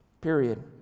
period